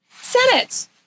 Senate